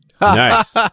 Nice